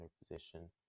position